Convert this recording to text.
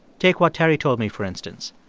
take what terry told me, for instance.